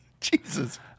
Jesus